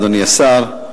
אדוני השר,